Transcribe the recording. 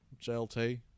JLT